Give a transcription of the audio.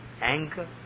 Anger